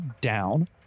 down